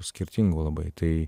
skirtingų labai tai